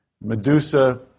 Medusa